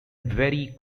very